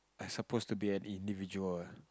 I suppose to be an individual ah